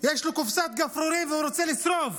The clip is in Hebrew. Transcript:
יש לו קופסת גפרורים, והוא רוצה לשרוף.